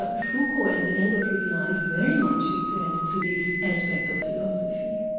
but foucault at the end of his life very much returned to this aspect of philosophy.